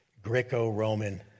Greco-Roman